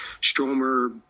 stromer